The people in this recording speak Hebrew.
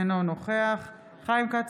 אינו נוכח חיים כץ,